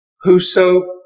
Whoso